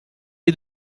est